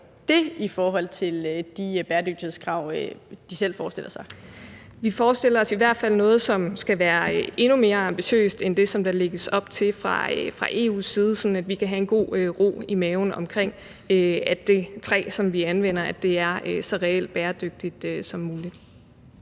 over det i forhold til de bæredygtighedskrav, som man selv forestiller sig? Kl. 11:39 Anne Paulin (S): Vi forestiller os i hvert fald noget, som skal være endnu mere ambitiøst end det, der lægges op til fra EU's side, sådan at vi kan have en god ro i maven over, at det træ, som vi anvender, er så reelt bæredygtigt som muligt.